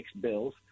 bills